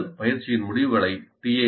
பயிற்சியின் முடிவுகளை tale